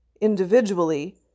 individually